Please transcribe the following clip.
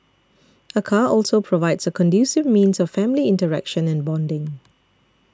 a car also provides a conducive means of family interaction and bonding